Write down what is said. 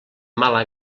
mala